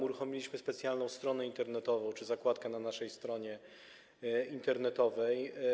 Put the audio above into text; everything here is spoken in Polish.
Uruchomiliśmy specjalną stronę internetową czy zakładkę na naszej stronie internetowej.